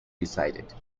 decided